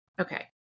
okay